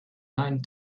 nine